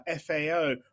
FAO